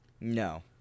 No